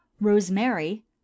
Rosemary